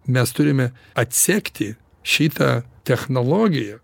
mes turime atsekti šitą technologiją